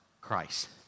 Christ